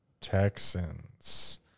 Texans